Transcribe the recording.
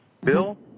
Bill